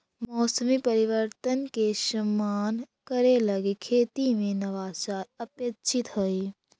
मौसमी परिवर्तन के सामना करे लगी खेती में नवाचार अपेक्षित हई